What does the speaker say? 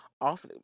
Off